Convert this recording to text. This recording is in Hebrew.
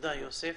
תודה יוסף.